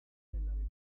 decoración